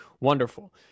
Wonderful